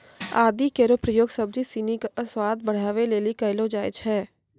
आदि केरो प्रयोग सब्जी सिनी क स्वाद बढ़ावै लेलि कयलो जाय छै